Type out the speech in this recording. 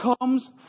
comes